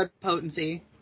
potency